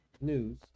news